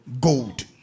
Gold